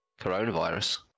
coronavirus